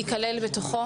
זה ייכלל בתוכו?